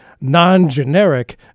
non-generic